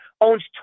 owns